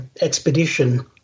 expedition